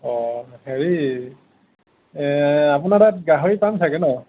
অঁ হেৰি আপোনাৰ তাত গাহৰি পাম চাগে ন'